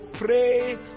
pray